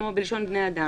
בלשון בני אדם,